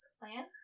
plan